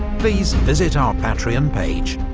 please visit our patreon page.